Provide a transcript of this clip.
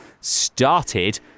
started